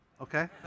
Okay